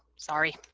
sorry.